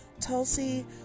Tulsi